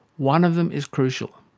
one of them is crucial.